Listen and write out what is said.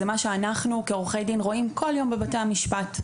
זה מה שאנחנו כעורכי דין רואים כל יום בבתי המשפט,